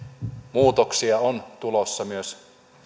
muutoksia on tulossa myös